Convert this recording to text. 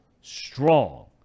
strong